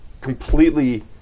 completely